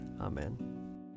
Amen